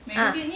ah